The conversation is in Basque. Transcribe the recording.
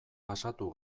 pasatu